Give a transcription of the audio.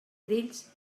grills